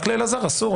רק לאלעזר אסור,